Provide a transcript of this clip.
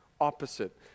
opposite